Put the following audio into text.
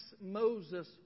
Moses